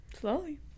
slowly